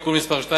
תיקון מס' 2,